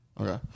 Okay